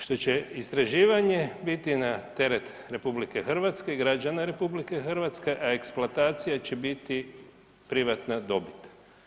Što će istraživanje biti na teret RH, građana RH, a eksploatacija će biti privatna dobit.